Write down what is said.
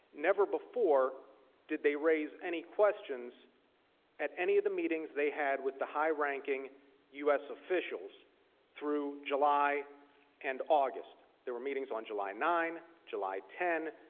never before did they raise any questions at any of the meetings they had with the high-ranking u s. officials through july and august. there were meetings on july nine and july ten.